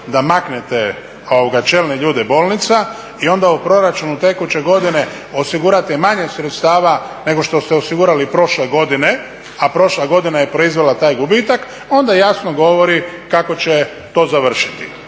da maknete čelne ljude bolnica i onda u proračunu tekuće godine osigurate manje sredstava nego što ste osigurali prošle godine, a prošla godina je proizvela taj gubitak, onda jasno govori kako će to završiti.